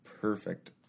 perfect